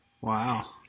Wow